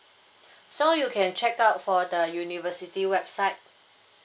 so you can check out from the university website